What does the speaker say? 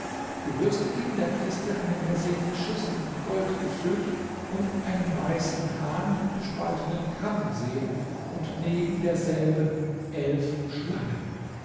du wirst in der kiste eine messingne schüssel mit gold gefüllt und einen weißen hahn mit gespaltenem kamm sehen und neben derselben elf schlangen